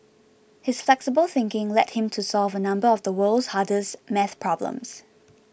his flexible thinking led him to solve a number of the world's hardest math problems